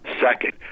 second